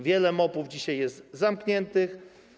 Wiele MOP-ów dzisiaj jest zamkniętych.